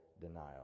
denial